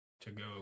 to-go